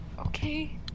Okay